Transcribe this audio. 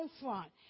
front